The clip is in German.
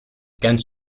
ganz